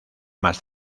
más